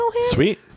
sweet